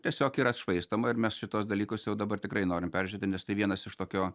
tiesiog yra švaistoma ir mes šituos dalykus jau dabar tikrai norim peržiūrėti nes tai vienas iš tokio